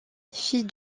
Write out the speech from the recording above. fils